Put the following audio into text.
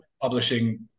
publishing